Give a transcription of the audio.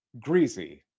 greasy